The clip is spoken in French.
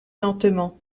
lentement